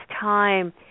time